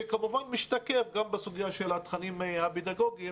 שכמובן משתקף גם בסוגיה של התכנים הפדגוגיים